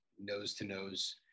nose-to-nose